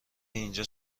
اینجا